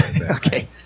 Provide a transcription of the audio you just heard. Okay